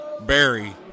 Barry